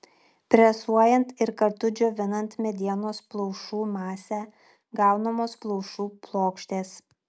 presuojant ir kartu džiovinant medienos plaušų masę gaunamos plaušų plokštės